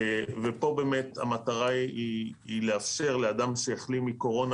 ופה באמת המטרה היא לאפשר לאדם שהחלים מקורונה